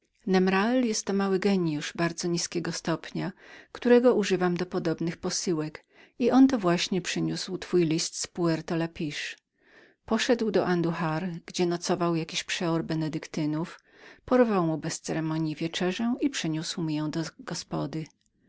nemrael jest to mały gieniusz ostatniego stopnia którego używam do podobnych posyłek i on to właśnie przyniósł twój list z puerto lapiche poszedł do anduhar gdzie nocował jakiś przeor benedyktynów porwał mu bez ceremonji wieczerzę i przyniósł mi ją do